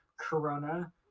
corona